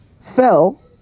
fell